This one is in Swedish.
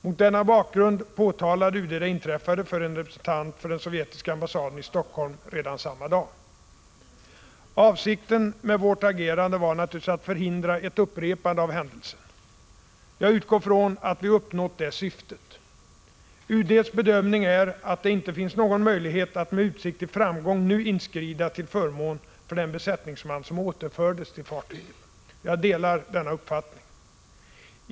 Mot denna bakgrund påtalade UD det inträffade för en representant för den sovjetiska ambassaden i Helsingfors redan samma dag. Avsikten med vårt agerande var naturligtvis att förhindra ett upprepande av händelsen. Jag utgår från att vi uppnått det syftet. UD:s bedömning är att det inte finns någon möjlighet att med utsikt till framgång nu inskrida till förmån för den besättningsman som återfördes till fartyget. Jag delar denna uppfattning.